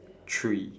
three